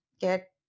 get